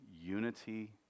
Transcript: unity